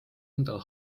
endale